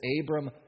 Abram